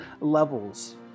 levels